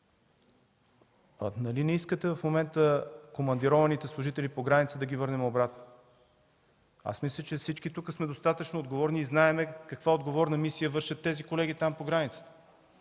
Нали не искате в момента командированите служители по границата да ги върнем обратно?! Мисля, че всички тук сме достатъчно отговорни и знаем каква отговорна мисия вършат тези колеги там по границата.